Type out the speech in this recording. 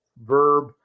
verb